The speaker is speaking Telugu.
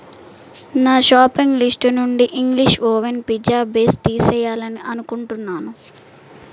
నా షాపింగ్ లిస్టు నుండి ఇంగ్లీష్ ఒవెన్ పిజ్జా బేస్ తీసేయాలి అని అనుకుంటున్నాను